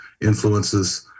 influences